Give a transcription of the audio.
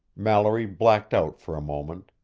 mallory blacked out for a moment,